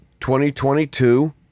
2022